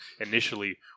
initially